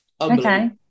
Okay